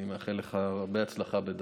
אני מאחל לך הצלחה בדרכך.